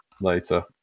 later